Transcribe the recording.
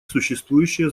существующие